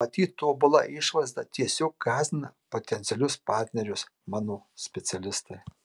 matyt tobula išvaizda tiesiog gąsdina potencialius partnerius mano specialistai